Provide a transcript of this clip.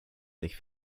sich